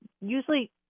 usually